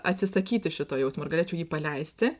atsisakyti šito jausmo ar galėčiau jį paleisti